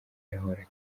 yahora